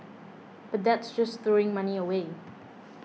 but that's just throwing money away